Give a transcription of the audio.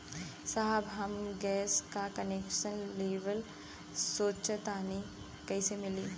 साहब हम गैस का कनेक्सन लेवल सोंचतानी कइसे मिली?